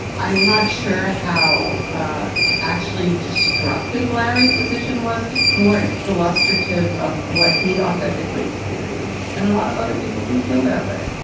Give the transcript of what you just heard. i'm not sure how actually destructive larry's position was more illustrative of what he authentically experienced. and a lot of other people do feel that way.